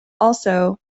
also